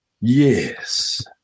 Yes